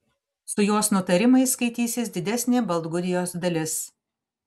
su jos nutarimais skaitysis didesnė baltgudijos dalis